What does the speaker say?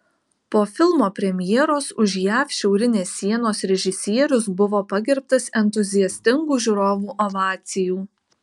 po filmo premjeros už jav šiaurinės sienos režisierius buvo pagerbtas entuziastingų žiūrovų ovacijų